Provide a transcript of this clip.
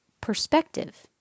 perspective